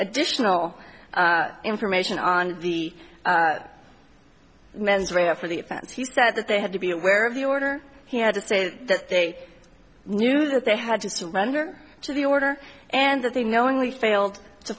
additional information on the mens rea after the event he said that they had to be aware of the order he had to say that they knew that they had to surrender to the order and that they knowingly failed to